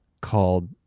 called